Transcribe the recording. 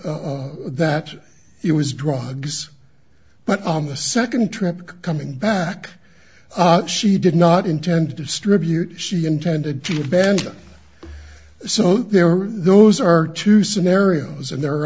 that it was drugs but on the second trip coming back she did not intend to distribute she intended to abandon so there are those are two scenarios and there are